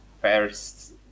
first